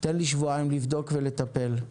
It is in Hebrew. תן לי שבועיים לבדוק ולטפל.